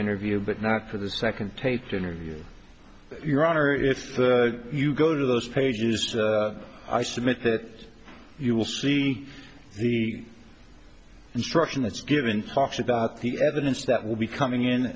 interview but not for the second taped interview your honor if you go to those pages i submit that you will see the instruction that's given talks about the evidence that will be coming in